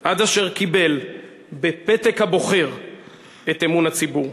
עד אשר קיבל בפתק הבוחר את אמון הציבור.